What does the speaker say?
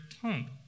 tongue